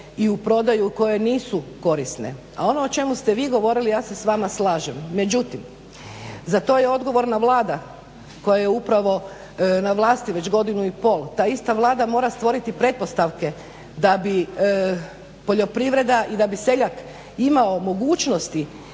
i u prodaju koje nisu korisne. A ono o čemu ste vi govorili, ja se s vama slažem, međutim za to je odgovorna Vlada koja je upravno na vlasti već godinu i pol, ta ista Vlada mora stvoriti pretpostavke da bi poljoprivreda i da bi seljak imao mogućnosti